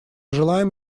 желаем